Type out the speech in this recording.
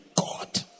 God